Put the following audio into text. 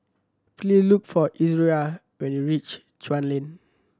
please look for Izora when you reach Chuan Lane